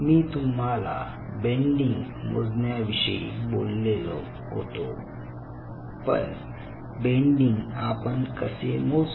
मी तुम्हाला बेंडिंग मोजण्या विषयी बोललो होतो पण बेंडिंग आपण कसे मोजतो